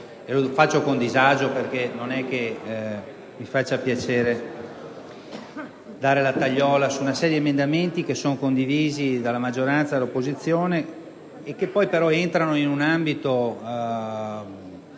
Lo faccio con disagio, perché non mi fa piacere dare la tagliola su una serie di emendamenti che sono condivisi dalla maggioranza e dall'opposizione e che però entrano in un ambito